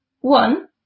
One